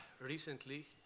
recently